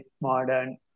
modern